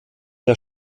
der